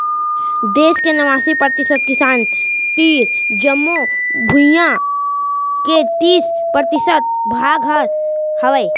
देस के नवासी परतिसत किसान तीर जमो भुइयां के तीस परतिसत भाग हर हावय